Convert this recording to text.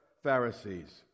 Pharisees